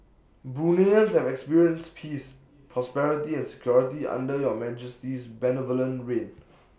Bruneians have experienced peace prosperity and security under your Majesty's benevolent reign